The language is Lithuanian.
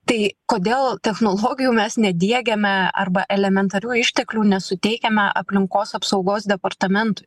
tai kodėl technologijų mes nediegiame arba elementarių išteklių nesuteikiame aplinkos apsaugos departamentui